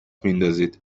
میندازید